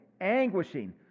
anguishing